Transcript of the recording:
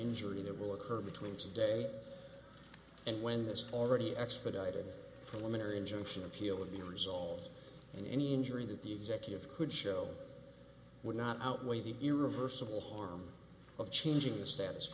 injury that will occur between today and when this already expedited the women are injunction to kill or be resolved in any injury that the executive could show would not outweigh the irreversible harm of changing the status